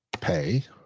pay